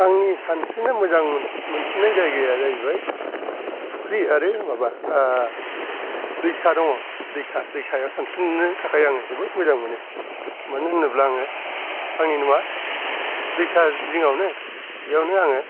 आंनि सानस्रिनो मोजां मोनसि मोनसिन्नाय जायगाया जाहैबाय फुख्रि आरो माबा दैसा दङ दैसा दैसायाव सानस्रिनो थाखाय आङो जोबोद मोजां मोनो मानो होनोब्ला आङो आंनि न'आ दैसा जिङावनो बेयावनो आङो